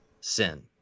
sin